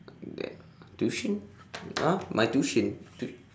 then tuition !huh! my tuition tui~